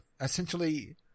essentially